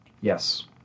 Yes